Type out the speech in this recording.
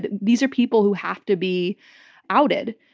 but these are people who have to be outed.